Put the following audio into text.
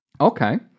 Okay